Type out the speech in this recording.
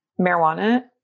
marijuana